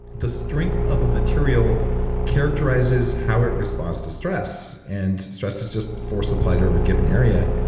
the strength of a material characterizes how it responds to stress. and stress is just force applied over a given area.